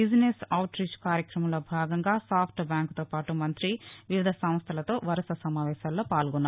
business outreach కార్యక్రమంలో భాగంగా సాఫ్ట్ బ్యాంక్తో పాటు మంతి వివిధ సంస్థలతో వరుస సమావేశాల్లో పాల్గొన్నారు